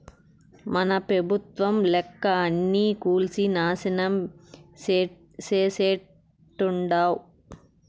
మన పెబుత్వం లెక్క అన్నీ కూల్సి నాశనం చేసేట్టుండావ్